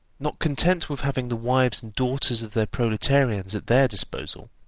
not content with having the wives and daughters of their proletarians at their disposal,